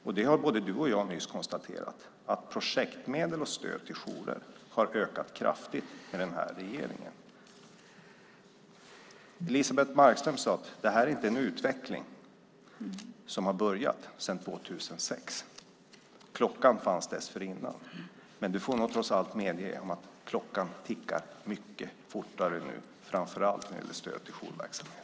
Både Elisebeht och jag har nyss konstaterat att projektmedel och stöd till jourer har ökat kraftigt med den här regeringen. Elisebeht Markström sade att det här inte är en utveckling som började 2006 och att klockan fanns dessförinnan. Men hon får nog trots allt medge att klockan tickar mycket fortare nu, framför allt när det gäller stöd till jourverksamhet.